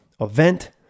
Event